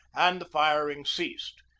and the firing ceased.